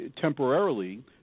temporarily